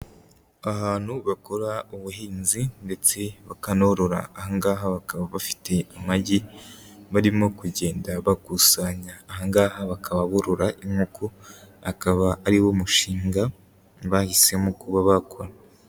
Ahantu bakora ubuhinzi ndetse bakanorora, ahangaha bakaba bafite amagi barimo kugenda bakusanya, ahangaha bakaba borora inkoko, akaba ari wo mushinga bahisemo kuba bakora.